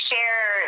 share